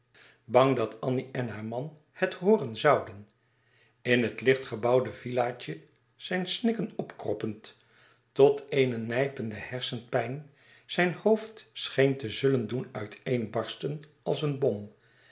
bang dat annie en haar man het hooren zouden in het licht gebouwde villa tje zijn snikken opkroppend tot eene nijpende hersenpijn zijn hoofd scheen te zullen doen uiteen barsten als een bom